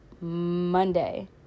Monday